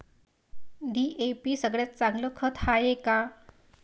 DAP सगळ्यात चांगलं खत हाये का?